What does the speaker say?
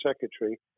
secretary